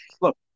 Look